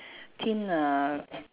thin uh